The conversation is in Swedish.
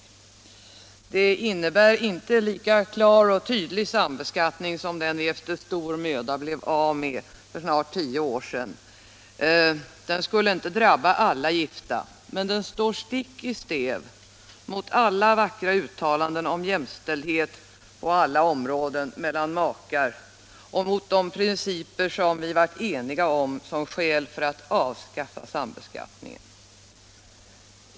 Förslaget innebär inte en lika klar och tydlig sambeskattning som den vi efter stor möda blev av med för snart tio år sedan. Det skulle inte drabba alla gifta, men det går stick i stäv mot alla vackra uttalanden om jämställdhet på olika områden mellan makar och mot de principer som vi varit eniga om som skäl för att avskaffa sambeskattningen.